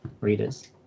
readers